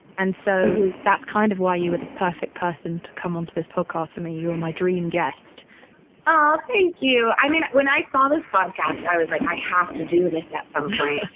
and so that's kind of why you were the perfect person to come onto this podcast for me. you were my dream guest oh, thank you. i mean, when i saw this podcast, i was like, i have to do this at some point.